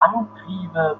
antriebe